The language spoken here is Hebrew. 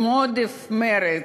עם עודף מרץ,